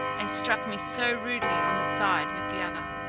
and struck me so rudely on the side with the other,